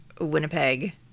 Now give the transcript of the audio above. winnipeg